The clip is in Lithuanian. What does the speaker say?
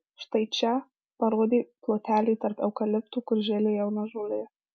štai čia parodė plotelį tarp eukaliptų kur žėlė jauna žolė